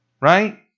right